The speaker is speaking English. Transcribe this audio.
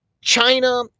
China